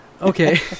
Okay